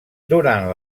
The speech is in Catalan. durant